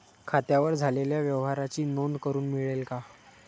खात्यावर झालेल्या व्यवहाराची नोंद करून मिळेल का?